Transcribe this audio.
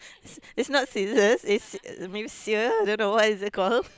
it's not scissors it's uh maybe sear don't know what is that called